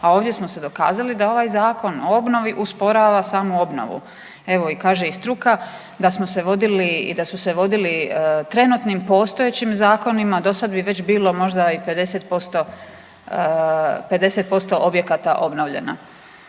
a ovdje smo se dokazali da ovaj Zakon o obnovi usporava samu obnovu. Evo kaže i struka da smo se vodili i da su se vodili trenutnim postojećim zakonima do sada bi već bilo možda i 50% objekata obnovljeno.